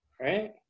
Right